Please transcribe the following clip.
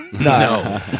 No